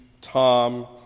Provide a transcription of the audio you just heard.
Tom